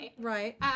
Right